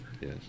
Yes